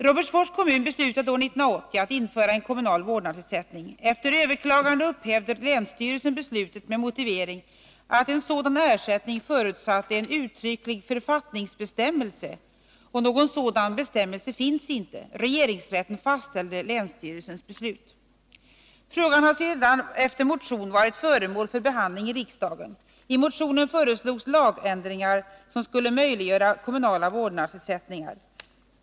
Robertsfors kommun beslutade år 1980 att införa en kommunal vårdnadsersättning. Efter överklagande upphävde länsstyrelsen beslutet med motivering att en sådan ersättning förutsatte en uttrycklig författningsbestämmelse, och någon sådan bestämmelse finns inte. Regeringsrätten fastställde länsstyrelsens beslut. Frågan har sedan efter motion varit föremål för behandling i riksdagen. I motionen föreslogs lagändringar som skulle möjliggöra kommunala vårdnadsersättningar.